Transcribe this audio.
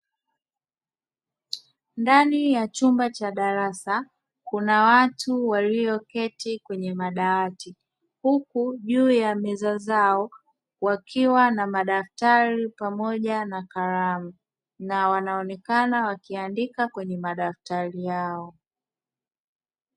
Ndani ya chumba cha darasa kuna watu walioketi kwenye madawati huku juu ya meza zao wakiwa na madaftari pamoja na kalamu na wanaonekana wakiandika kwenye madaftari yao.